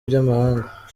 by’amahanga